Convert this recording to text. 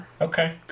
Okay